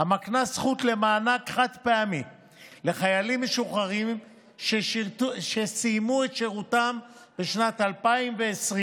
המקנה זכות למענק חד-פעמי לחיילים משוחררים שסיימו את שירותם בשנת 2020,